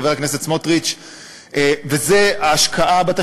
חבר הכנסת סמוטריץ,